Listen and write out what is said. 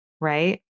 Right